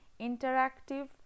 interactive